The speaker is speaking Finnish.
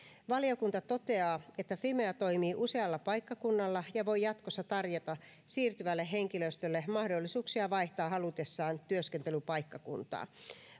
valiokunta toteaa että fimea toimii usealla paikkakunnalla ja voi jatkossa tarjota siirtyvälle henkilöstölle mahdollisuuksia vaihtaa halutessaan työskentelypaikkakuntaa